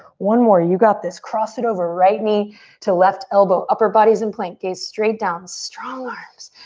one more, you got this. cross it over, right knee to left elbow. upper body's in plank. gaze straight down. strong arms.